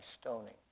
stoning